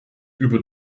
über